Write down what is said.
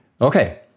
Okay